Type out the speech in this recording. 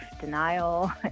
denial